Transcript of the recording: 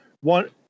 one